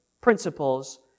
Principles